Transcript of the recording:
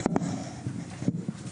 הזאת.